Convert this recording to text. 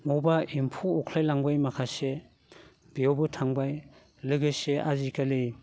मबावबा एम्फौ अरख्लाय लांबाय माखासे बेयावबो थांबाय लोगोसे आजिखालि